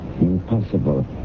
Impossible